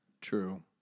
True